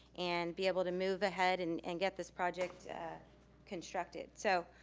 and be able to move ahead and and get this project constructed. so,